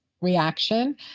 reaction